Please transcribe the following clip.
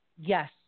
Yes